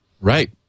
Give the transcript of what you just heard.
right